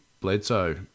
Bledsoe